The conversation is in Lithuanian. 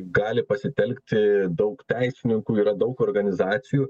gali pasitelkti daug teisininkų yra daug organizacijų